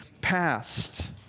past